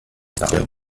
town